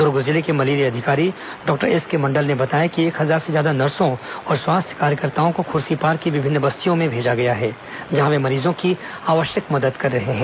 दर्ग जिले के मलेरिया अधिकारी डॉक्टर एसके मंडल ने बताया कि एक हजार से ज्यादा नर्सों और स्वास्थ्य कार्यकर्ताओं को खुर्सीपार की विभिन्न बस्तियों में भेजा गया है जहां वे मरीजों की आवश्यक मदद कर रहे हैं